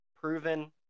Proven